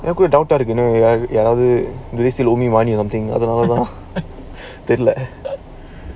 எனக்கும்ஒரு:enakum oru doubt ah இருக்குயாராச்சும்:irukku yaarachum